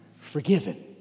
forgiven